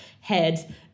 head